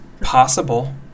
possible